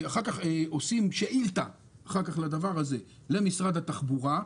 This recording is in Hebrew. אחר כך עושים שאילתה לדבר הזה למשרד התחבורה.